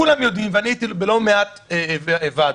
כולם יודעים, והייתי בלא מעט ועדות,